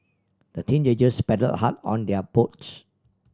the teenagers paddled hard on their boat